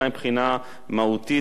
גם מבחינה מהותית,